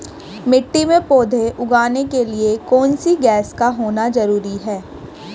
मिट्टी में पौधे उगाने के लिए कौन सी गैस का होना जरूरी है?